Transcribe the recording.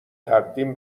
تقدیم